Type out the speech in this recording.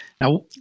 Now